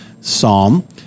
Psalm